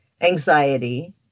anxiety